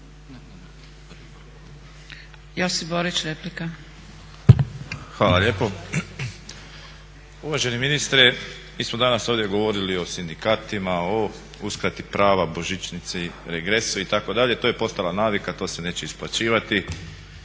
Josip (HDZ)** Hvala lijepo. Uvaženi ministre, mi smo danas ovdje govorili o sindikatima, o uskrati prava, božićnici, regresu itd., to je postala navika, to se neće isplaćivati,